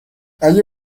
اگه